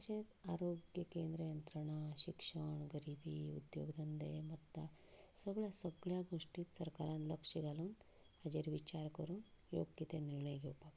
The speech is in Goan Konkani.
तशेंच आरोग्य केंद्र यंत्रणां शिक्षण गरिबी उद्दोग धंदे वखदां सगळे सगळ्या गोश्टीर सरकारान लक्ष घालून हाजेर विचार करून योग्य ते निर्णय घेवपाक जाय